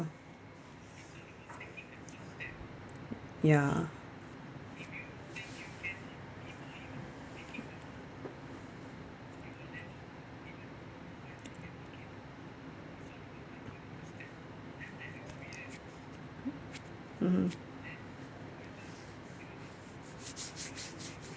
ya mmhmm